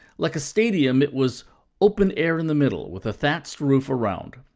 like a stadium, it was open-air in the middle, with a thatched roof around.